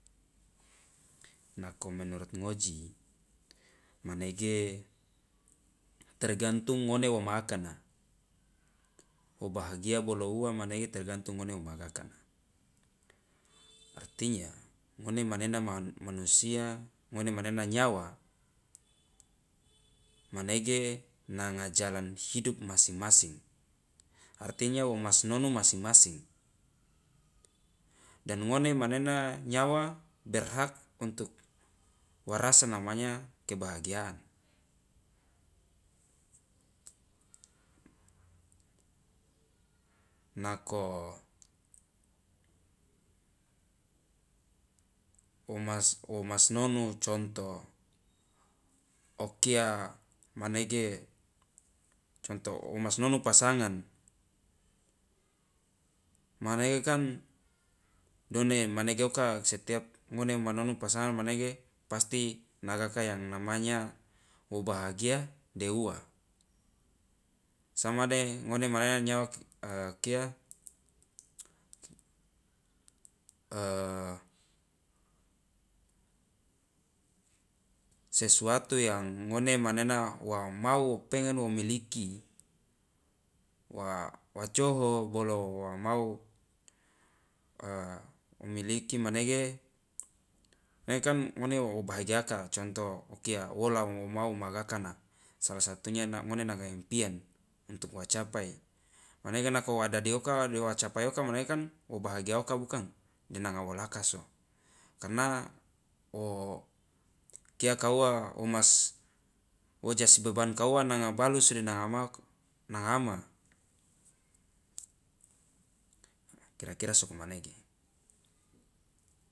Nako menurut ngoji manege tergantung ngone wo ma akana wo bahagia bolo ua manege tergantung ngone wo ma gakana artinya ngone manena man- manusia ngone manena nyawa manege nanga jalan hidup masing masing, artinya wo ma si nonu masing masing dan ngone manena nyawa berhak untuk wa rasa namanya kebahagiaan, nako o mas wo masi nonu contoh o kia manege contoh o masi nonu pasangan manege kan done manege oka setiap ngone ma nonu pasangan manege pasti nagaka yang namanya wo bahagia de ua samade ngone manena nyawa kia sesuatu yang ngone manena wa mau wo pengen wo miliki wa coho bolo wa mau o miliki manege ne kan ngone wo o bahagiaka, contoh o kia wola wo mau ma gakana salah satunya na- ngone nanga impian untuk wa capai manege nako wa dadi oka de wa capai oka mane kan wo bahagiaoka bukang de nanga wolaka so, karena wo kia ka ua wo mas wo ja si beban ka ua nanga balus de nanga maoko na ngama, kira kira soko manege.